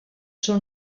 són